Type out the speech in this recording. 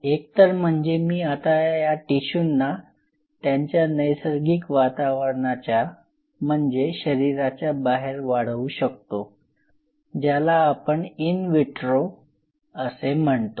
एकतर म्हणजे आता मी या टिशूंना त्यांच्या नैसर्गिक वातावरणाच्या म्हणजे शरीराच्या बाहेर वाढवू शकतो ज्याला आपण इन विट्रो असे म्हणतो